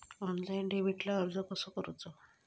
Online डेबिटला अर्ज कसो करूचो?